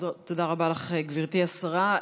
תודה רבה לך, גברתי השרה.